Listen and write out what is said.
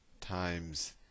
times